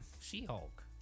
She-Hulk